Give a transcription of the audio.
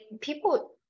people